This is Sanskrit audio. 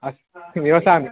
अत्र निवसामि